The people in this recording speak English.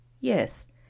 Yes